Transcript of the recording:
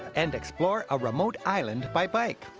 and explore a remote island by bike.